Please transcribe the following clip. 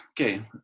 okay